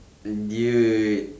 dude